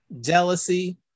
jealousy